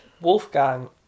Wolfgang